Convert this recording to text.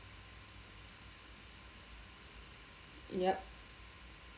yup